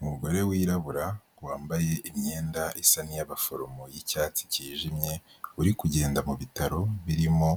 Umugore wirabura wambaye imyenda isa n'iy'abaforomo y'icyatsi cyijimye uri kugenda mu bitaro birimo